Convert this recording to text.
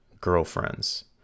girlfriends